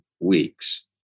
weeks